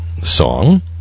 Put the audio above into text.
song